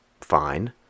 fine